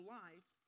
life